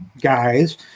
guys